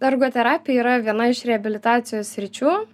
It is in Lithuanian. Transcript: ergoterapija yra viena iš reabilitacijos sričių